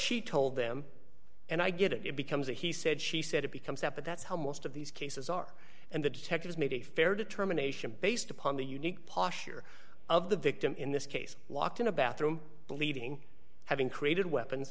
she told them and i get it it becomes a he said she said it becomes that that's how most of these cases are and the detectives made a fair determination based upon the unique posher of the victim in this case locked in a bathroom bleeding having created weapons